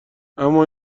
اما